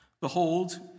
Behold